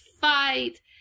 fight